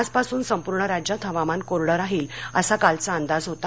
आजपासून संपूर्ण राज्यात हवामान कोरडं राहील असा कालचा अंदाज होता